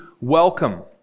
welcome